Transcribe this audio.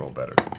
um better.